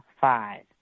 five